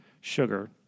sugar